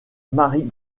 mary